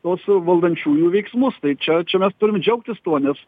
tuos valdančiųjų veiksmus tai čia čia mes turim džiaugtis tuo nes